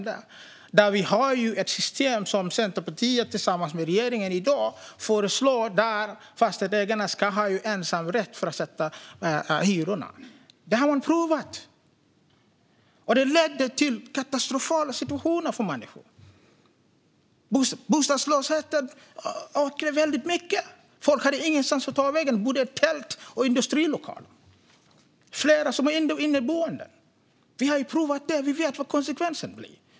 Det system som Centerpartiet föreslår tillsammans med regeringen i dag är att fastighetsägarna ska ha ensamrätt att sätta hyror. Detta har prövats, och det ledde till katastrofala situationer för människor. Bostadslösheten ökade mycket, folk hade ingenstans att ta vägen utan bodde i tält och industrilokaler och flera var inneboende. Vi har provat detta och vet vad konsekvensen blir.